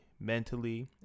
mentally